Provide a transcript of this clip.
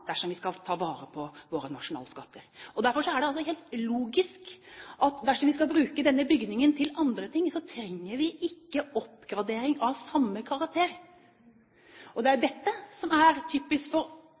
dersom vi skal ta vare på våre nasjonalskatter. Derfor er det helt logisk at dersom vi skal bruke denne bygningen til andre ting, trenger vi ikke oppgradering av samme karakter. Det er